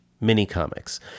mini-comics